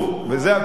וזה הכול.